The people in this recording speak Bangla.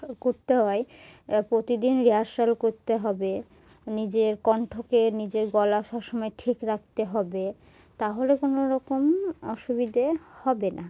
করতে হয় প্রতিদিন রিহার্সাল করতে হবে নিজের কণ্ঠকে নিজের গলা সব সময় ঠিক রাখতে হবে তাহলে কোনো রকম অসুবিধে হবে না